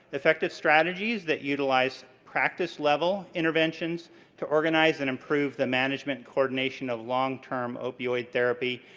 effective strategies that utilize practice level interventions to organize and improve the management coordination of long term opioid therapy,